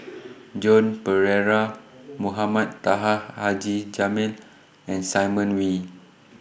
Joan Pereira Mohamed Taha Haji Jamil and Simon Wee